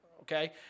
okay